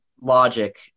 logic